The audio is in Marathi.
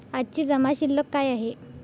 आजची जमा शिल्लक काय आहे?